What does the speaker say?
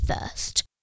first